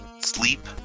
sleep